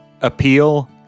appeal